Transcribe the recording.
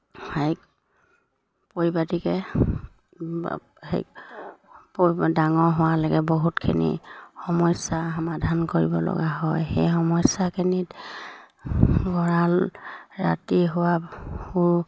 এক পৰিপাটিকৈ ডাঙৰ হোৱালৈকে বহুতখিনি সমস্যাৰ সমাধান কৰিব লগা হয় সেই সমস্যাখিনিত গঁৰাল ৰাতি হোৱা